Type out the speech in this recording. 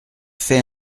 fait